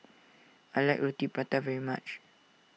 I like Roti Prata very much